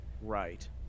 Right